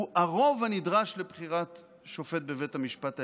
שהוא הרוב הנדרש לבחירת שופט בבית המשפט העליון,